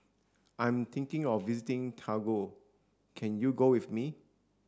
I'm thinking of visiting Togo can you go with me